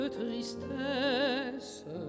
tristesse